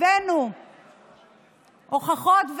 הבאנו הוכחות,